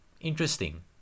interesting